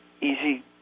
easy